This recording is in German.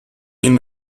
ihn